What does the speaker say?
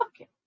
Okay